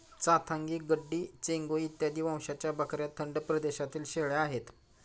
चांथागी, गड्डी, चेंगू इत्यादी वंशाच्या बकऱ्या थंड प्रदेशातील शेळ्या आहेत